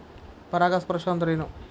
ಪರಾಗಸ್ಪರ್ಶ ಅಂದರೇನು?